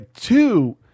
Two